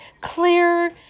clear